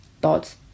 thoughts